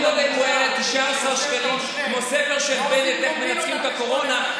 אתם משרתים כולכם את העבריין האלים,